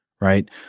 right